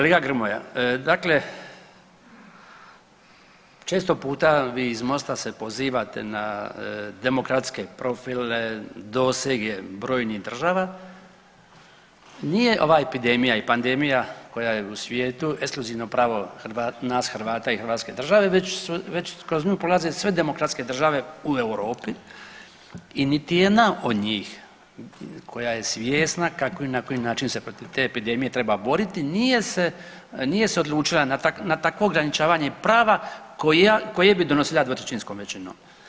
Kolega Grmoja, dakle često puta vi iz MOST-a se pozivate na demokratske profile, dosege brojnih država, nije ova epidemija i pandemija koja je u svijetu ekskluzivno pravo nas Hrvata i hrvatske države već kroz nju prolaze sve demokratske države u Europi i niti jedna od njih koja je svjesna kako i na koji način se protiv te epidemije treba boriti nije se, nije se odlučila na takvo ograničavanje prava koja, koje bi donosila 2/3 većinom.